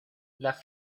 las